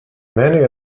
many